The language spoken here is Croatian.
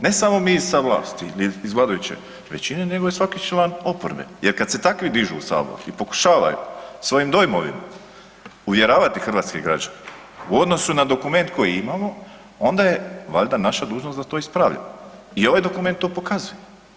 Ne samo mi sa vlasti, iz vladajuće većine nego i svaki član oporbe jer kad se takvi dižu u Saboru i pokušavaju svojim dojmovima uvjeravati hrvatske građane u odnosu na dokument koji imamo, onda je valjda naša dužnost da to ispravljamo, i ovaj dokument to pokazuje.